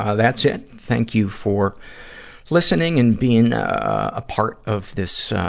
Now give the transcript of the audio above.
ah that's it. thank you for listening and being, ah, a part of this,